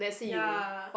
ya